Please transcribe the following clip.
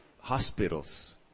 hospitals